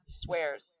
Swears